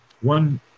one